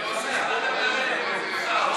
למה אתה מלמד מוסר?